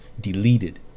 deleted